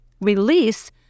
release